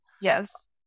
Yes